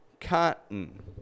cotton